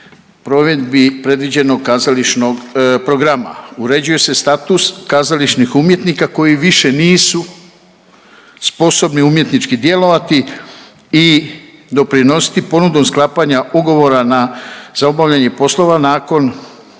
provedbi predviđenog kazališnog programa. Uređuje se status kazališnih umjetnika koji više nisu sposobni umjetnički djelovati i doprinositi ponudom sklapanja ugovora na, za obavljanje poslova nakon